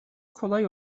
kolay